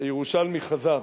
הירושלמי חזר,